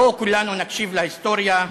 בואו כולנו נקשיב להיסטוריה.